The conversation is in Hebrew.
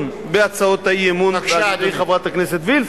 בהצעות האי-אמון על-ידי חברת הכנסת וילף.